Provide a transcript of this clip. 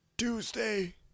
Tuesday